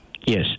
Yes